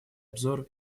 обзор